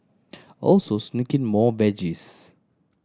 also sneak in more veggies